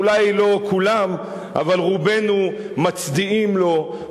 אולי לא כולם אבל רובנו מצדיעים לו,